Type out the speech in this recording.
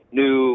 new